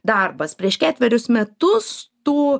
darbas prieš ketverius metus tu